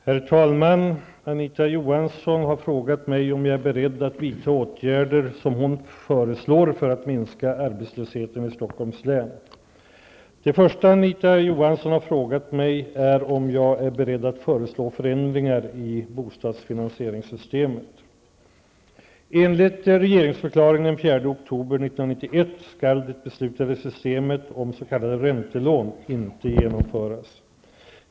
Herr talman! Anita Johansson har frågat mig om jag är beredd att vidta åtgärder som hon föreslår för att minska arbetslösheten i Stockholms län. Det första Anita Johansson har frågat mig är om jag är beredd att föreslå förändringar i bostadsfinansieringssystemet. skall det beslutade systemet om s.k. räntelån inte genomföras.